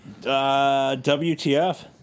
WTF